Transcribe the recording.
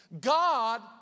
God